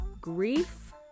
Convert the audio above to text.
Grief